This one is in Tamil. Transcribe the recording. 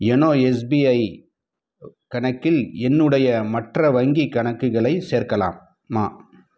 யொனோ எஸ்பிஐ கணக்கில் என்னுடைய மற்ற வங்கிக் கணக்குகளை சேர்க்கலாமா